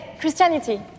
Christianity